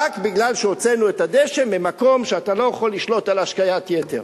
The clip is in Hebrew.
רק מפני שהוצאנו את הדשא ממקום שאתה לא יכול לשלוט בו על השקיית יתר.